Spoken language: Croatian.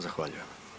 Zahvaljujem.